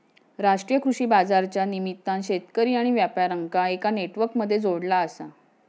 राष्ट्रीय कृषि बाजारच्या निमित्तान शेतकरी आणि व्यापार्यांका एका नेटवर्क मध्ये जोडला आसा